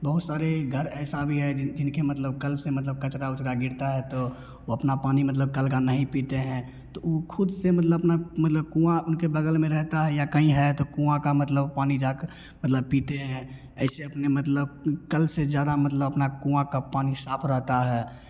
बहुत सारे घर ऐसे भी हैं जिन जिनके मतलब कल से मतलब कचरा उचरा गिरता है तो वह अपना पानी मतलब कल का नहीं पीते हैं तो वह ख़ुद से मतलब अपना मतलब कुआँ उनके बग़ल में रहता है या कहीं है तो कुआँ का मतलब पानी जा कर मतलब पीते हैं ऐसे अपने मतलब कल से ज़्यादा मतलब अपना कुआँ का पानी साफ़ रहता है